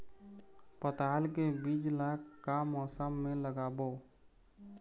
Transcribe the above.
पताल के बीज ला का मौसम मे लगाबो?